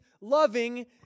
loving